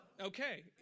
Okay